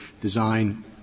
design